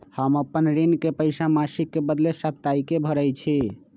हम अपन ऋण के पइसा मासिक के बदले साप्ताहिके भरई छी